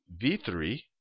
V3